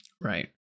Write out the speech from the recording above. Right